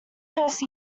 first